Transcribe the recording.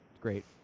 great